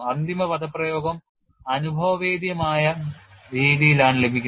അന്തിമ പദപ്രയോഗം അനുഭവേദ്യമായ രീതിയിലാണ് ലഭിക്കുന്നത്